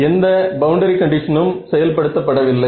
எந்த பவுண்டரி கண்டிஷனும் செயல் படுத்த பட வில்லை